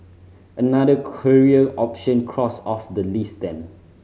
another career option crossed off the list then